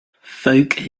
folk